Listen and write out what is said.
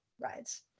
rides